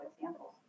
examples